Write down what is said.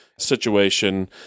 situation